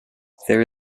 there